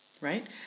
right